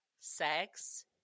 sex